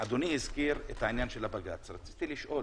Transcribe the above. אדוני הזכיר את העניין של הבג"ץ ולכן רציתי לשאול